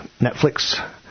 Netflix